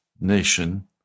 nation